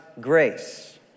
grace